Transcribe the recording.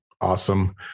awesome